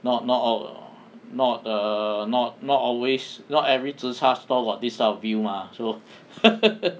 not not all not err not not always not every zi char store got this kind of view mah so